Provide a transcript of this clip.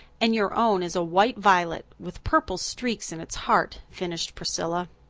and your own is a white violet, with purple streaks in its heart, finished priscilla.